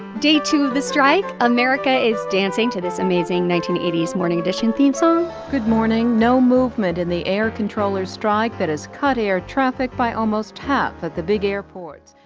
day two of the strike, america is dancing to this amazing nineteen eighty s morning edition theme song good morning. no movement in the air controllers strike that has cut air traffic by almost half at the big airports.